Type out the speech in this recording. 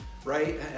Right